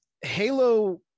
Halo